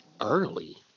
Early